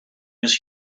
just